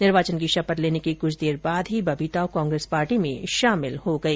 निर्वाचन की शपथ लेने के क्छ देर बाद ही बबीता कांग्रेस पार्टी में शामिल हो गई